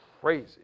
crazy